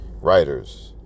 writers